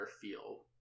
feel